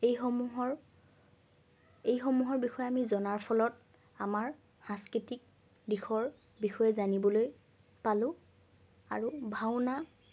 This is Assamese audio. এইসমূহৰ এইসমূহৰ বিষয়ে আমি জনাৰ ফলত আমাৰ সাংস্কৃতিক দিশৰ বিষয়ে জানিবলৈ পালোঁ আৰু ভাওনা